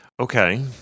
Okay